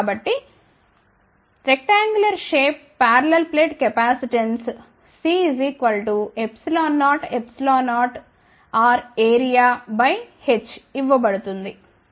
కాబట్టి దీర్ఘచతురస్రాకార ఆకారానికి పారలల్ ప్లేట్ కెపాసిటెన్స్ C0rAreah ఇవ్వబడుతుంది